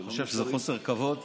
אני חושב שזה חוסר כבוד.